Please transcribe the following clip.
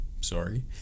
sorry